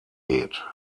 geht